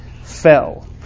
Fell